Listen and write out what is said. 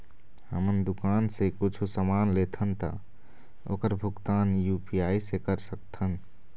हमन दुकान से कुछू समान लेथन ता ओकर भुगतान यू.पी.आई से कर सकथन?